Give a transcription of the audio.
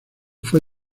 fue